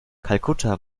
kalkutta